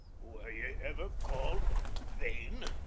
were ye ever called vane?